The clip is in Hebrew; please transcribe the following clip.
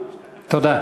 תודה.